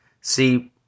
See